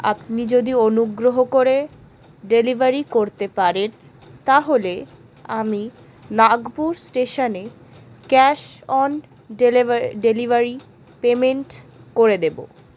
আপনি যদি অনুগ্রহ করে ডেলিভারি করতে পারেন তাহলে আমি নাগপুর স্টেশানে cash on delivery delivery payment করে দেব